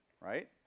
right